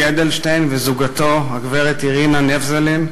אדלשטיין וזוגתו גברת אירינה נבזלין,